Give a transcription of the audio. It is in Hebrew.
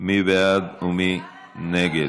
מי בעד ומי נגד?